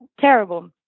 terrible